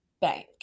Bank